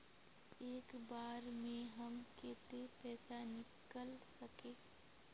एक बार में हम केते पैसा निकल सके?